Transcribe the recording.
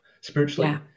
spiritually